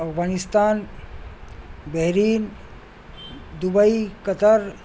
Afghanistan Bahrain Dubai Qatar